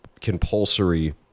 compulsory